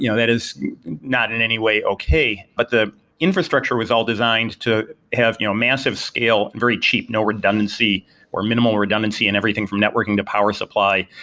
you know that is not in any way okay. but the infrastructure was all designed to have you know massive scale, very cheap, no redundancy or minimal redundancy in everything from networking to power supply,